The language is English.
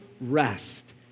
rest